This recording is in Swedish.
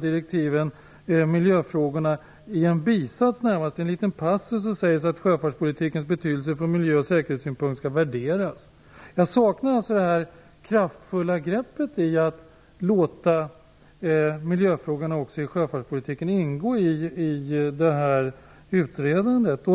direktiven nämns miljöfrågorna i en bisats, där det sägs att sjöfartspolitikens betydelse från miljöoch säkerhetssynpunkt skall värderas. Jag saknar det kraftfulla greppet att låta miljöfrågorna i sjöfartspolitiken ingå i utredandet.